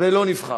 הוא גם יוכל לקבל,